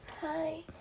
Hi